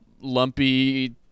Lumpy